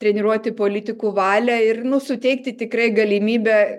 treniruoti politikų valią ir nu suteikti tikrai galimybę